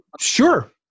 Sure